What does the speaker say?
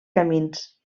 camins